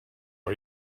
are